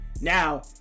now